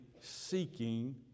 seeking